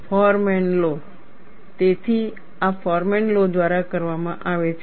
foreman law તેથી આ foreman law દ્વારા કરવામાં આવે છે